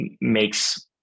makes